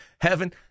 heaven